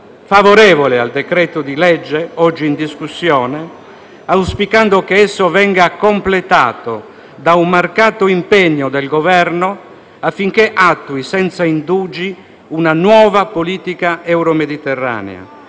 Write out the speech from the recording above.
mio voto al decreto-legge oggi in discussione sarà favorevole, auspicando che esso venga completato da un marcato impegno del Governo, affinché attui senza indugi una nuova politica euromediterranea,